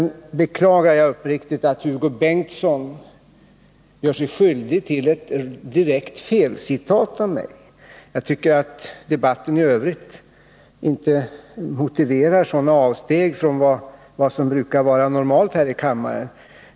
Jag beklagar uppriktigt att Hugo Bengtsson gör sig skyldig till ett direkt felcitat av mig. Jag tycker att debatten i övrigt inte motiverar sådana avsteg från vad som brukar vara normalt här i kammaren.